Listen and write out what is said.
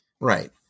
Right